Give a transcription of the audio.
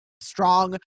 strong